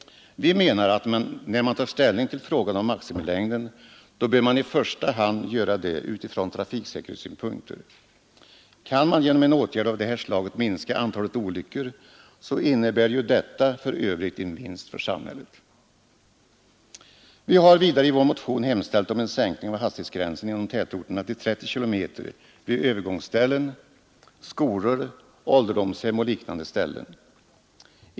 Vi menar att när man tar ställning till frågan om maximilängden bör man i första hand göra det utifrån trafiksäkerhetssynpunkter. Kan man genom en åtgärd av det här slaget minska antalet olyckor, så innebär ju detta för övrigt en vinst för sam hället. Vi har vidare i vår motion hemställt om en sänkning av hastighetsgränsen inom tätorterna till 30 kilometer vid övergångsställen, skolor, ålderdomshem och liknande ställen.